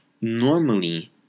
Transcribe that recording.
Normally